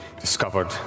discovered